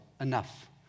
enough